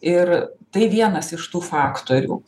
ir tai vienas iš tų faktorių